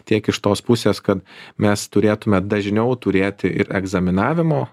tiek iš tos pusės kad mes turėtume dažniau turėti ir egzaminavimo